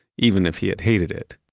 even if he had hated it,